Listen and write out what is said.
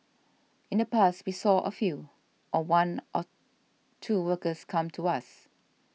in the past we saw a few or one or two workers come to us